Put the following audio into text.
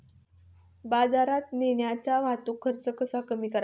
बाजारात नेण्याचा वाहतूक खर्च कसा कमी करावा?